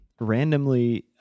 randomly